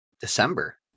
December